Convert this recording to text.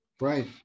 Right